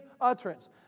utterance